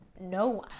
No